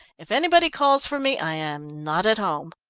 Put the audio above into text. if anybody calls for me, i am not at home.